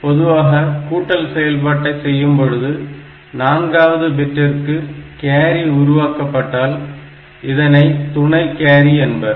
பொதுவாக கூட்டல் செயல்பாட்டை செய்யும்பொழுது நான்காவது பட்டிற்கு கேரி உருவாக்கப்பட்டால இதனை துணை கேரி என்பர்